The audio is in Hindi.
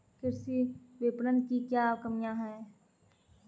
कृषि विपणन की क्या कमियाँ हैं?